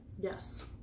Yes